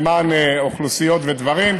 למען אוכלוסיות ודברים.